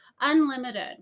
Unlimited